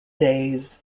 days